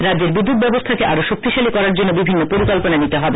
রাজ্যের বিদ্যুৎ ব্যবস্হাকে আরও শক্তিশালী করার জন্য বিভিন্ন পরিকল্পনা গ্রহণ করতে হবে